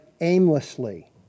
aimlessly